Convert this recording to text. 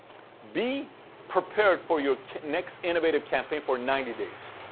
be prepared for your next innovative campaign for ninety days.